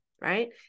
right